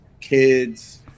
kids